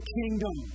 kingdom